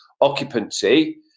occupancy